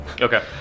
Okay